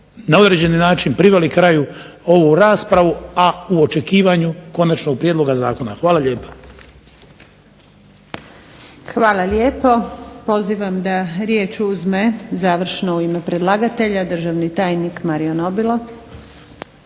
na određeni način priveli kraju ovu raspravu a u očekivanju konačnog prijedloga zakona. Hvala lijepa. **Antunović, Željka (SDP)** Hvala lijepo. Pozivam da riječ uzme završno u ime predlagatelja državni tajnik Mario Nobilo.